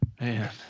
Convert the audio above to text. Man